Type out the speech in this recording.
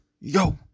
yo